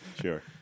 Sure